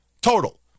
Total